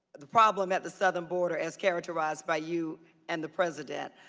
the problem at the southern border as characterized by you and the president.